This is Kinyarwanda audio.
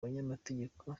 abanyamategeko